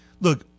look